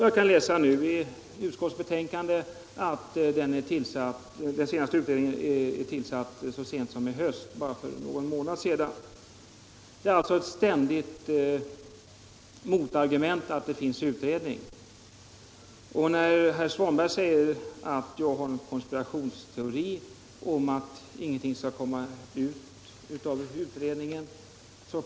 Jag kan läsa i detta utskottsbetänkande att den senaste utredningen tillsattes så sent som för bara någon månad sedan. Det är alltså ett ständigt motargument att det finns en utredning. Herr Svanberg säger att jag har en konspirationsteori om att ingenting skall komma ut av utredningen.